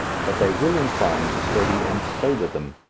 but they will incline to steady and sober them,